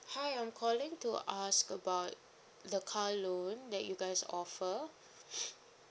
hi I'm calling to ask about the car loan that you guys offer